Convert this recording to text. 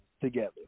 together